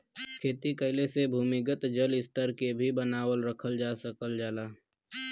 खेती कइले से भूमिगत जल स्तर के भी बनावल रखल जा सकल जाला